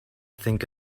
think